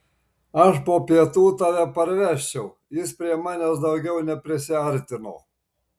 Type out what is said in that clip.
aš po pietų tave parvežčiau jis prie manęs daugiau neprisiartino